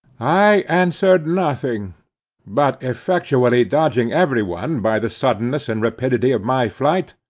i answered nothing but effectually dodging every one by the suddenness and rapidity of my flight,